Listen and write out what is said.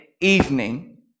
Evening